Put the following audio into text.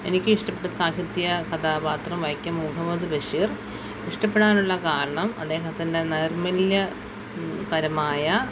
എനിക്ക് ഇഷ്ടപ്പെട്ട സാഹിത്യ കഥാപാത്രം വൈക്കം മുഹമ്മദ് ബഷീർ ഇഷ്ടപ്പെടാനുള്ള കാരണം അദ്ദേഹത്തിൻ്റെ നൈർമല്യപരമായ